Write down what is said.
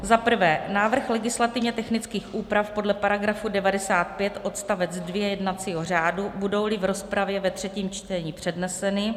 1. návrh legislativně technických úprav podle § 95 odst. 2 jednacího řádu, budouli v rozpravě ve třetím čtení předneseny,